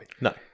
No